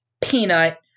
peanut